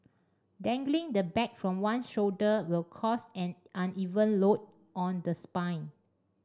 dangling the bag from one shoulder will cause an uneven load on the spine